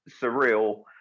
surreal